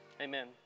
amen